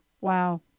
Wow